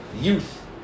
youth